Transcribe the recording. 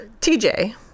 TJ